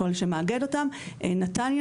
במסגרת החלטות 616/617. כך שבסך הכל נתנו